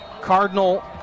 Cardinal